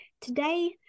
Today